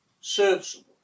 serviceable